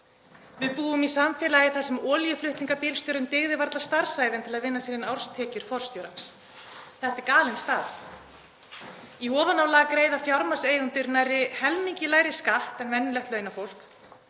Við búum í samfélagi þar sem olíuflutningabílstjórum dygði varla starfsævin til að vinna sér inn árstekjur forstjórans. Þetta er galin staða. Í ofanálag greiða fjármagnseigendur nærri helmingi lægri skatt en venjulegt launafólk,